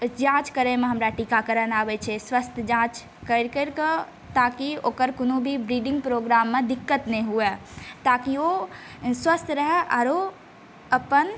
जाँच करैमे हमरा टीकाकरण आबै छै स्वस्थ्य जाँच करि करि कऽ ताकि ओकर कोनो भी ब्रीडिंग प्रोग्राममे दिक्कत नहि हुए ताकि ओ स्वस्थ्य रहै आरो अपन